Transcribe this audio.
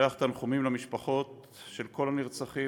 אני שולח תנחומים למשפחות כל הנרצחים